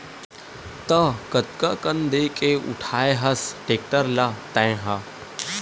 त कतका कन देके उठाय हस टेक्टर ल तैय हा?